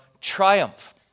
triumph